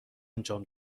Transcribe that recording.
انجام